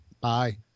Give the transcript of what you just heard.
Bye